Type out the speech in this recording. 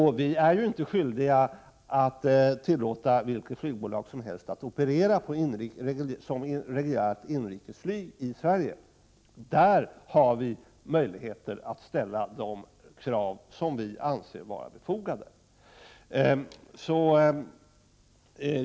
Vi har inte heller skyldighet att tillåta vilket flygbolag som helst att operera som reguljärt inrikesflyg i Sverige. Där har vi möjligheter att ställa de krav som vi anser befogade.